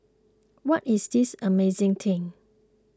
what is this amazing thing